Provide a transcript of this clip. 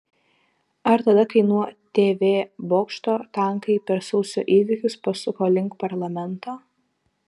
ar tada kai nuo tv bokšto tankai per sausio įvykius pasuko link parlamento